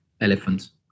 elephants